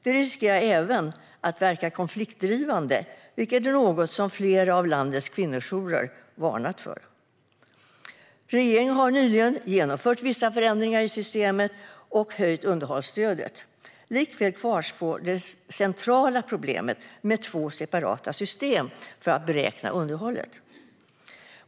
Det riskerar även att verka konfliktdrivande, vilket är något som flera av landets kvinnojourer har varnat för. Regeringen har nyligen genomfört vissa förändringar i systemet och höjt underhållsstödet. Likväl kvarstår det centrala problemet med två separata system för att beräkna underhållet.